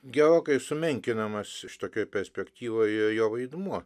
gerokai sumenkinamas šitokioj perspektyvoj jo vaidmuo